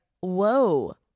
whoa